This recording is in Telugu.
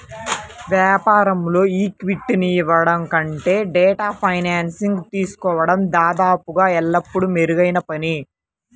వ్యాపారంలో ఈక్విటీని ఇవ్వడం కంటే డెట్ ఫైనాన్సింగ్ తీసుకోవడం దాదాపు ఎల్లప్పుడూ మెరుగైన పని